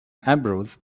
ambrose